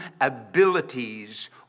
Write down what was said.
abilities